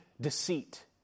deceit